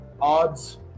Odds